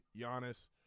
Giannis